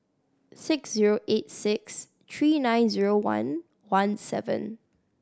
six zero eight six three nine zero one one seven